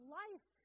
life